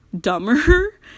dumber